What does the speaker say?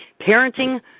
Parenting